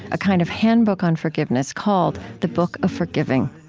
a kind of handbook on forgiveness called, the book of forgiving.